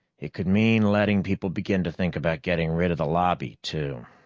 it could mean letting people begin to think about getting rid of the lobby, too.